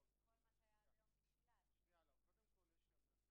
על ההיתר יחולו כל ההוראות שחלות לגבי